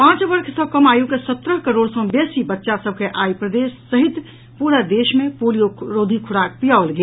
पांच वर्ष सँ कम आयु के सत्रह करोड़ सँ बेसी बच्चा सभ के आइ प्रदेश सहित पूरा देश मे पोलिया रोधी खुराक पियाओल गेल